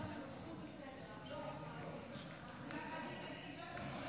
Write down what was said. גברתי היושבת בראש, חבריי חברי הכנסת,